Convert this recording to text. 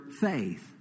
faith